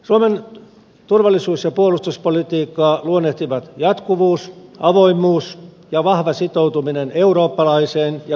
suomen turvallisuus ja puolustuspolitiikkaa luonnehtivat jatkuvuus avoimuus ja vahva sitoutuminen eurooppalaiseen ja kansainväliseen yhteistyöhön